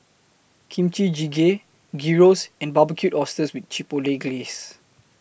Kimchi Jjigae Gyros and Barbecued Oysters with Chipotle Glaze